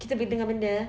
kita boleh dengar benda